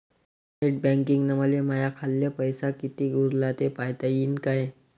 Net बँकिंगनं मले माह्या खाल्ल पैसा कितीक उरला थे पायता यीन काय?